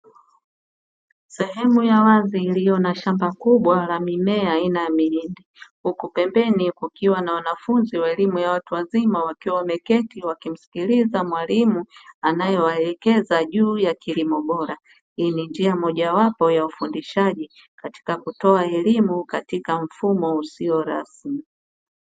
Sehemu ya wazi iliyo na shamba kubwa la mimea aina ya mahindi, huku pembeni kukiwa na wanafunzi wa elimu ya watu wazima wakiwa wameketi wakimsikiliza mwalimu anayewaelekeza juu ya kilimo bora. Hii ni njia mojawapo ya ufundishaji katika kutoa elimu katika mfumo usio rasmi.